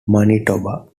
manitoba